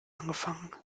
angefangen